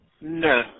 No